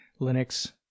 Linux